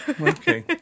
Okay